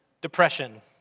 depression